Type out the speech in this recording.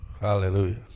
hallelujah